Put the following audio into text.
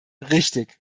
richtig